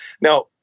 now